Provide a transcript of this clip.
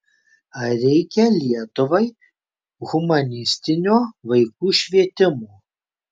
ar reikia lietuvai humanistinio vaikų švietimo